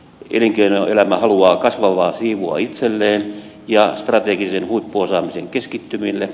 elinkeinoelämä haluaa kasvavaa siivua itselleen ja strategisen huippuosaamisen keskittymille